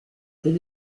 per